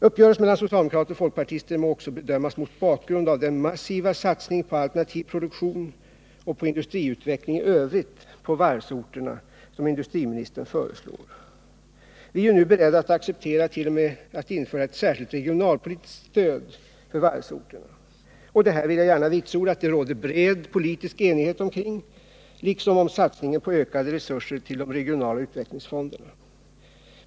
Uppgörelsen mellan socialdemokrater och folkpartister må också bedömas mot bakgrunden av den massiva satsning på alternativ produktion och på industriutveckling i övrigt på varvsorterna som industriministern föreslår. Vi accepterar nu t.o.m. att införa ett särskilt regionalpolitiskt stöd för varvsorterna. Det råder bred politisk enighet om detta liksom om satsningen på ökade resurser till de regionala utvecklingsfonderna.